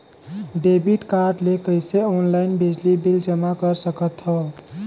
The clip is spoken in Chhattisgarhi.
डेबिट कारड ले कइसे ऑनलाइन बिजली बिल जमा कर सकथव?